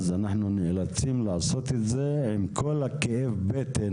אנחנו נאלצים לעשות את זה עם כל כאב הבטן